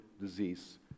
disease